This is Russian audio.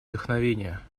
вдохновения